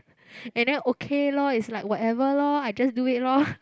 and then okay lor is like whatever lor I just do it lor